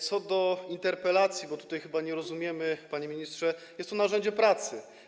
Co do interpelacji, bo tutaj chyba się nie rozumiemy, panie ministrze, to jest to narzędzie pracy.